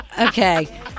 Okay